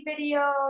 videos